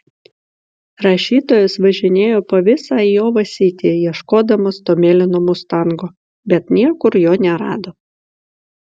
rašytojas važinėjo po visą ajova sitį ieškodamas to mėlyno mustango bet niekur jo nerado